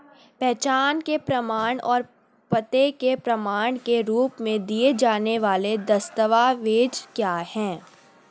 पहचान के प्रमाण और पते के प्रमाण के रूप में दिए जाने वाले दस्तावेज क्या हैं?